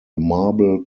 marble